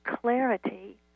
clarity